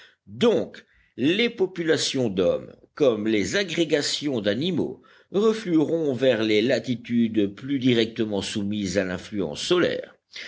donc les populations d'hommes comme les agrégations d'animaux reflueront vers les latitudes plus directement soumises à l'influence solaire